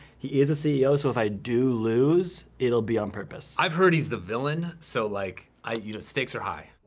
he is a ceo, so if i do lose, it'll be on purpose. i've heard he's the villain, so like you know stakes are high. ah,